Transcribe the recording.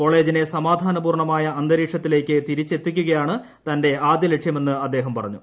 കോളേജിനെ സമാധാനപൂർണ്ണമായ അന്തരീക്ഷത്തിലേക്ക് തിരിച്ചെത്തിക്കുകയാണ് തന്റെ ആദ്യ ലക്ഷ്യമെന്ന് അദ്ദേഹം പറഞ്ഞു